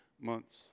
months